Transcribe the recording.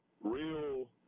real